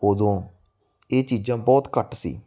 ਉਦੋਂ ਇਹ ਚੀਜ਼ਾਂ ਬਹੁਤ ਘੱਟ ਸੀ